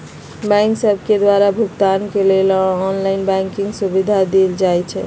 bank सभके द्वारा भुगतान के लेल ऑनलाइन बैंकिंग के सुभिधा देल जाइ छै